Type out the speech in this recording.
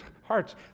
hearts